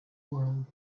world